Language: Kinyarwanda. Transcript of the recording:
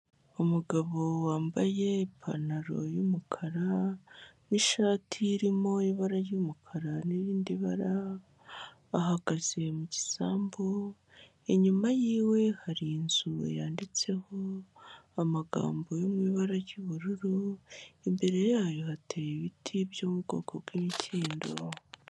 Umugabo wambaye ipantaro y'umukara n'ishati irimo ibara ry'umukara n'irindi bara, bahagaze mu gisambu, inyuma yiwe hari inzu yanditseho amagambo yo mu ibara ry'ubururu, imbere yayo hatera ibiti byo mubwoko bw'imikindo.